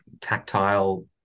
tactile